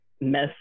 mess